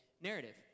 narrative